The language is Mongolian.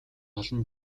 олон